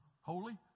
holy